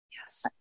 Yes